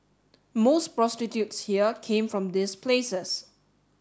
most prostitutes here came from these places